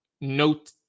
note